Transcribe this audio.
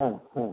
ആ ആ